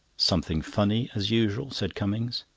something funny, as usual, said cummings.